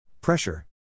Pressure